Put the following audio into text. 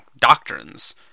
doctrines